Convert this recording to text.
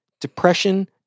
depression